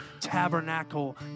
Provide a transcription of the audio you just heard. tabernacle